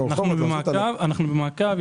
אנחנו במעקב,